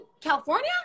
California